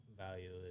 value